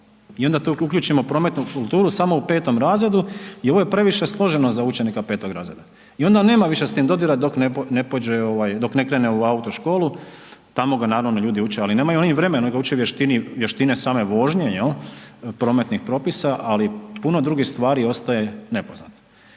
i onda tako uključimo prometnu kulturu samo u 5.r. i ovo je previše složeno za učenika 5.r. i onda nema više s tim dodira dok ne pođe, dok ne krene u autoškolu, tamo ga naravno ljudi uče, ali nemaju oni vremenu da ga uče vještini, vještine same vožnje jel prometnih propisa, ali puno drugih stvari ostaje nepoznato.